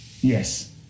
Yes